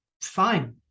Fine